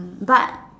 mm but